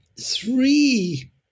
three